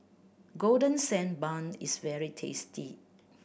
Golden Sand Bun is very tasty